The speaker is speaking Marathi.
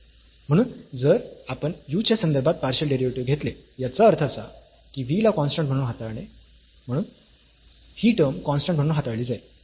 म्हणून जर आपण u च्या संदर्भात पार्शियल डेरिव्हेटिव्ह घेतले याचा अर्थ असा की v ला कॉन्स्टंट म्हणून हाताळणे म्हणून ही टर्म कॉन्स्टंट म्हणून हाताळली जाईल